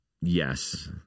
Yes